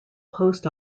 post